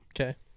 Okay